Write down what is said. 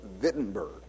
Wittenberg